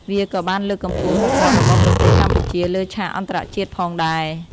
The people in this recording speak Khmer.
វាក៏បានលើកកម្ពស់មុខមាត់របស់ប្រទេសកម្ពុជាលើឆាកអន្តរជាតិផងដែរ។